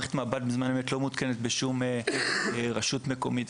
מערכת מב"ד בזמן אמת גם לא מותקנת בשום רשות מקומית,